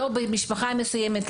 לא במשפחה מסוימת,